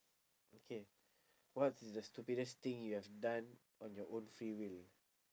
okay what's the stupidest thing you have done on your own free will